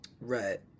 Right